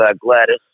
Gladys